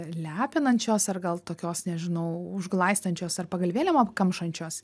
lepinančios ar gal tokios nežinau užglaistančios ar pagalvėlėm apkamšančios